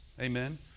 Amen